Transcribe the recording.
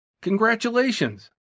Congratulations